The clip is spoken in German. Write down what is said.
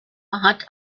hat